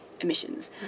emissions